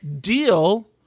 deal